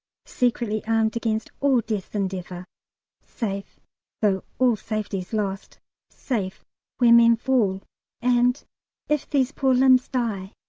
secretly armed against all death's endeavour. safe though all safety's lost safe where men fall and if these poor limbs die,